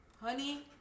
Honey